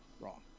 wrong